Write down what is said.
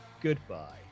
Goodbye